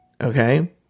okay